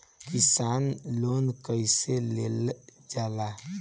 किसान लोन कईसे लेल जाला?